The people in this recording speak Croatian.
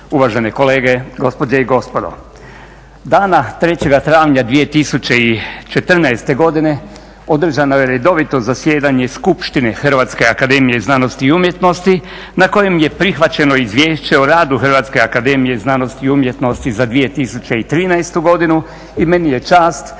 uvažene kolege, gospođe i gospodo. Dana 3. travnja 2014. godine održano je redovito zasjedanje skupštine Hrvatske akademije znanosti i umjetnosti na kojem je prihvaćeno izvješće o radu Hrvatske akademije znanosti i umjetnosti za 2013. godinu i meni je čast